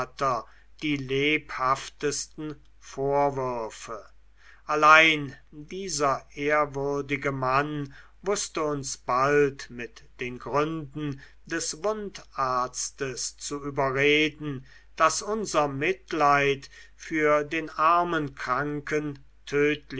die lebhaftesten vorwürfe allein dieser ehrwürdige mann wußte uns bald mit den gründen des wundarztes zu überreden daß unser mitleid für den armen kranken